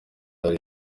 hari